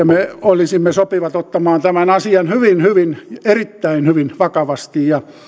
me olisimme sopivat ottamaan tämän asian hyvin hyvin erittäin hyvin vakavasti ja